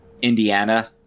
indiana